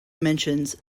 mentions